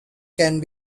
can